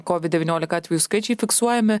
covid devyniolika atvejų skaičiai fiksuojami